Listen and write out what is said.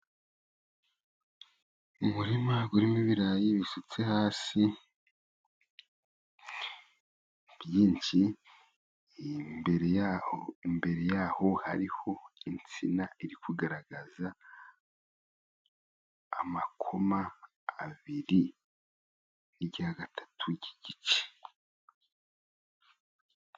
Umurima urimo ibirayi bisutse hasi byinshi, imbere y'aho imbere y'aho hariho insina iri kugaragaza amakoma abiri n'irya gatatu ry'igice.